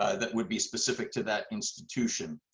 ah that would be specific to that institution.